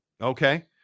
okay